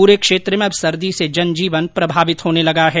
पूरे क्षेत्र में अब सर्दी से जनजीवन प्रभावित होने लगा है